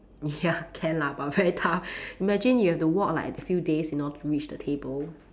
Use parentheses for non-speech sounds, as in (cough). ya can lah but very tough (breath) imagine you have to walk like a few days in order to reach the table